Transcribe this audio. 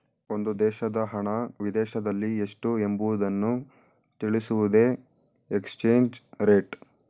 ಒಂದು ದೇಶದ ಹಣ ವಿದೇಶದಲ್ಲಿ ಎಷ್ಟು ಎಂಬುವುದನ್ನು ತಿಳಿಸುವುದೇ ಎಕ್ಸ್ಚೇಂಜ್ ರೇಟ್